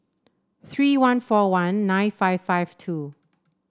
three one four one nine five five two